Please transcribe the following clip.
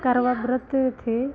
करवा व्रत थे